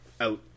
out